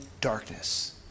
darkness